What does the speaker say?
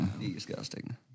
Disgusting